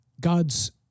God's